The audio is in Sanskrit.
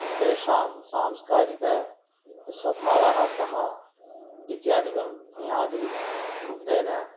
तेषां सांस्कारिकः स्वभावः कः इत्यादिकं ज्ञातुं तेन